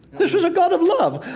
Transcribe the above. this was a god of love.